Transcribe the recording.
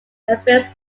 affairs